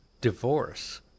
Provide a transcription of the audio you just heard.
divorce